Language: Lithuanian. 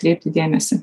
kreipti dėmesį